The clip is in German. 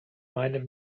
meinem